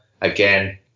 again